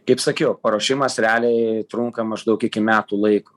kaip sakiau paruošimas realiai trunka maždaug iki metų laiko